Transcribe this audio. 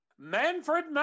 Manfred